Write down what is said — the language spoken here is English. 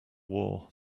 war